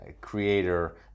creator